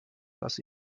dass